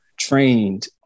trained